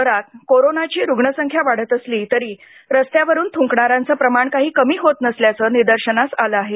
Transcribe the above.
शहरात कोरोनाची रुग्ण संख्या वाढत असली तरी रस्त्यावरून थुंकणारांचे प्रमाण काही कमी होत नसल्याचे निदर्शनास आलं आहे